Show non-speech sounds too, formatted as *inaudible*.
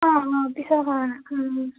অঁ অঁ পিছৰ *unintelligible*